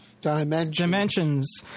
Dimensions